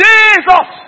Jesus